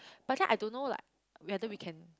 but then I don't know like whether we can